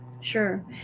Sure